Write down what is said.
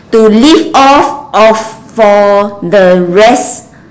to live off of for the rest